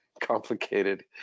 complicated